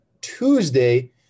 Tuesday